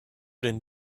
den